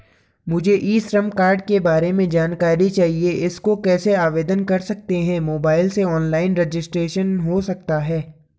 मुझे e Shram card के बारे में जानकारी चाहिए इसको कैसे आवेदन कर सकते हैं मोबाइल से ऑनलाइन रजिस्ट्रेशन हो सकता है?